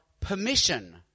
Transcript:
permission